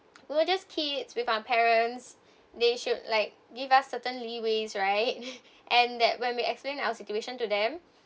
we were just kids with our parents they should like give us certain leeways right and that when we explained our situation to them